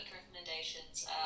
recommendations